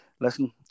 listen